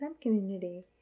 community